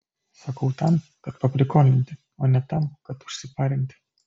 sakau tam kad paprikolinti o ne tam kad užsiparinti